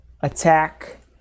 attack